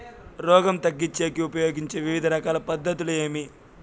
రోగం తగ్గించేకి ఉపయోగించే వివిధ రకాల పద్ధతులు ఏమి?